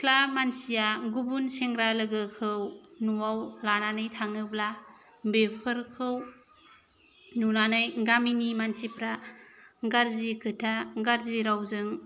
सिख्ला मानसिया गुबुन सेंग्रा लोगोखौ न'आव लानानै थाङोब्ला बेफोरखौ नुनानै गामिनि मानसिफोरा गाज्रि खोथा गाज्रि रावजों